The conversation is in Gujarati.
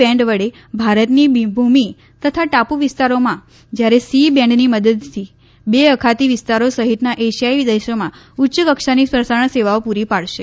બેન્ડ વડે ભારતની ભૂમિ તથા ટાપુ વિસ્તારોમાં જ્યારે સી બેન્ડની મદદથી બે અખાતી વિ સ્તારો સહિતના એશિયાઈ દેશોમાં ઉચ્ચ કક્ષાની પ્રસારણ સેવાઓ પૂરી પાડશે